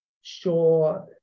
sure